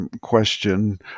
question